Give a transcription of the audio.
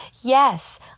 Yes